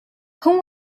whom